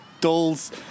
dolls